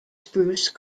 spruce